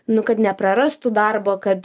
nu kad neprarastų darbo kad